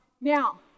Now